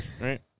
right